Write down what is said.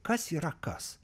kas yra kas